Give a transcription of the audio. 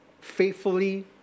faithfully